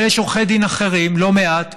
אבל יש עורכי דין אחרים, לא מעט,